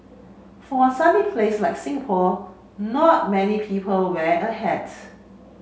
for a sunny place like Singapore not many people wear a hats